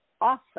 awesome